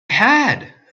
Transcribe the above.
had